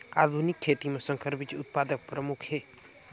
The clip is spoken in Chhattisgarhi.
आधुनिक खेती म संकर बीज उत्पादन प्रमुख हे